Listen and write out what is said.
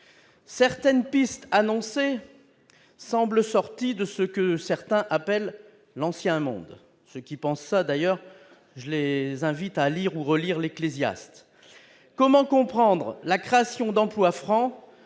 certaines pistes annoncées semblent sortis de ce que certains appellent l'ancien monde ce qui pense ça, d'ailleurs, je les invite à lire ou relire les clés Zia comment comprendre la création d'emplois francs